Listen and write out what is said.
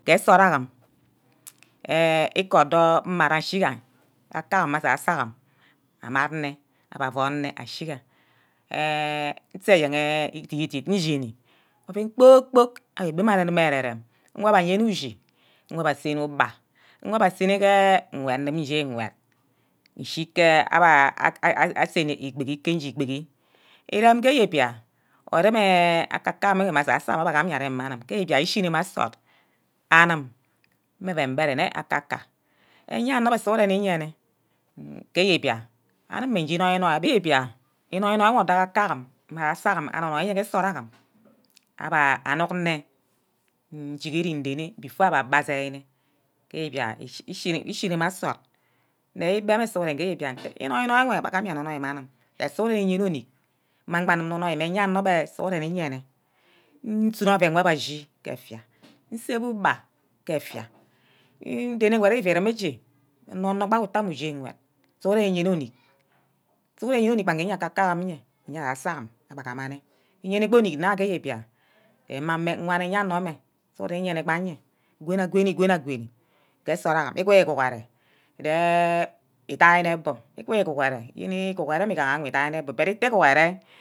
Ke nsort agim eh iikoh odor mmara nshiga akaka mme asasor agim amad me abbe ovon nne ashiga eh utu eyen idit dit nshini, oven kpor-kpork abbe-beh mma ere mme ke ereme ugwa abbe ayen ushi, ugwa abe asene uba, ngwa abbe asene ke ngwed ngum nje ngwed ishi ke abba asene ke ikpegi-ke ikpegi, irem ke jembia orum wor aka ka mme asasam arem iye mme anim, ke evia ishimma nsort amim mme ven bere-mme akaka aya nor sughuren uyene ke eyebia amim mme nje inon-inoi abi bia inoi wor akaka agim mme asasor agim anomeye ke nsort agim abbe anug nne nshihiri ndene before abbe agbe asainne, ke mbiang ishinima nsort, nne igbehe sughuren ke ibiang nte inoi-inoi egbi abbe gam mme anim je sughuren uyene enick mmang bah ngume noi-noi mme ayana agim sughuren iyeme, nsunor oven wor abbe ashi ke efia, nsebe ugba ke efia, denegwed ufu rume achi, onor onor utr ameh uje ngwed sughuren uyene ornick, sughuren uyene ornick gbage uge akake, asasor-am agbe gumanne, uyene gba onick nne ke nje biang je mmangme mwan eyeanor gbe sughuren uyene gba yen awoni-aumaa quoni ke nsort agim uquiguhure je ettai mbun iqui guhure yene iguhure mmigaha ngu uthaine ebum ite ighure.